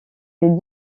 les